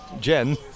Jen